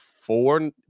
four